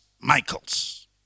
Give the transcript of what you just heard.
Michaels